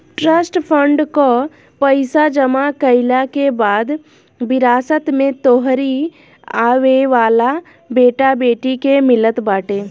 trust fund कअ पईसा जमा कईला के बाद विरासत में तोहरी आवेवाला बेटा बेटी के मिलत बाटे